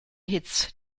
hits